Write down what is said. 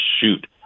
shoot